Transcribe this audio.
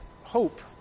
hope